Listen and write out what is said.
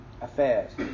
affairs